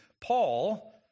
Paul